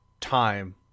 time